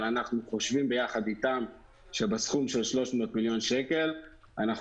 אבל אנחנו חושבים ביחד איתם שבסכום של 300 מיליון שקל אנחנו